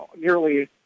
Nearly